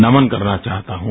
नमन करना चाहता हूं